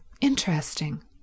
interesting